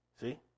See